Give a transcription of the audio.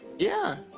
yeah.